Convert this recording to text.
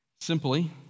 simply